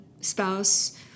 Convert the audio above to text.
spouse